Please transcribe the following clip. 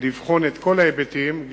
לבחון את כל ההיבטים,